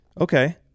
okay